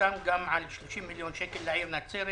סוכם גם על 30 מיליון שקל לעיר נצרת.